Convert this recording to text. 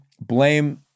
blame